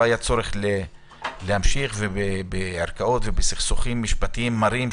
היה צורך להמשיך בערכאות ובסכסוכים משפטיים מרים,